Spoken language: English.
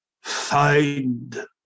find